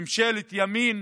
ממשלת ימין,